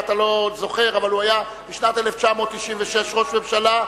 אתה לא זוכר, אבל הוא היה בשנת 1996 ראש ממשלה.